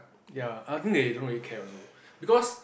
ya I think they don't really care also because